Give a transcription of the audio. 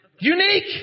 unique